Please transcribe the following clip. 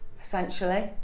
essentially